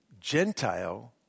Gentile